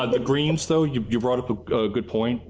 and greens though you you broughted good appoint.